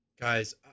Guys